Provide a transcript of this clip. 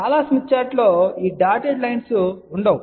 చాలా స్మిత్ చార్టులలో ఈ డాటెడ్ లైన్స్ ఉండవు